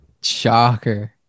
Shocker